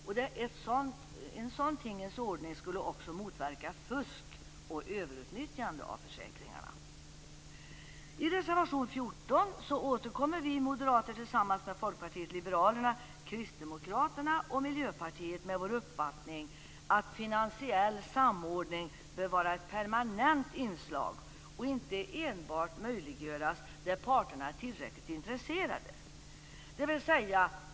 En sådan tingens ordning skulle också motverka fusk och överutnyttjande av försäkringarna. I reservation 14 återkommer vi moderater tillsammans med Folkpartiet liberalerna, Kristdemokraterna och Miljöpartiet med vår uppfattning att finansiell samordning bör vara ett permanent inslag och inte enbart möjliggöras där parterna är tillräckligt intresserade.